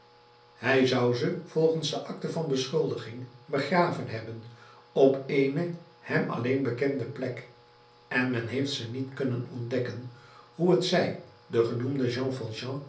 hij zou ze volgens de akte van beschuldiging begraven hebben op eene hem alleen bekende plek en men heeft ze niet kunnen ontdekken hoe het zij de genoemde